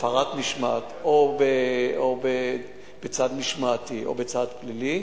הפרת משמעת, או בצד משמעתי או בצד פלילי,